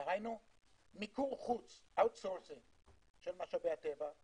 דהיינו מיקור חוץ של משאבי הטבע,